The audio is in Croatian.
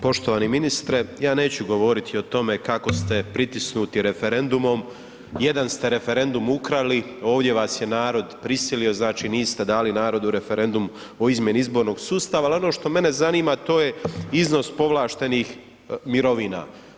Poštovani ministre, ja neću govoriti o tome kako ste pritisnuti referendumom, jedan ste referendum ukrali, ovdje vas je narod prisilio znači niste dali narodu referendum o izmjeni izbornog sustava, ali ono što mene zanima to je iznos povlaštenih mirovina.